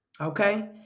Okay